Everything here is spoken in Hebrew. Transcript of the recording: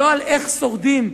לא איך שורדים,